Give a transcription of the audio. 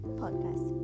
podcast